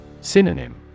Synonym